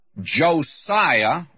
Josiah